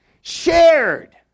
shared